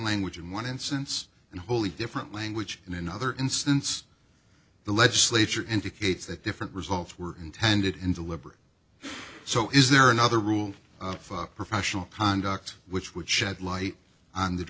language in one instance and wholly different language in another instance the legislature indicates that different results were intended in deliberate so is there another rule of professional conduct which would shed light